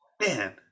man